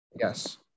yes